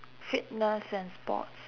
fitness and sports